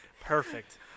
Perfect